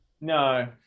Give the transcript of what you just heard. No